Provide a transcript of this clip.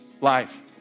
life